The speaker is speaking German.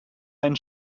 ein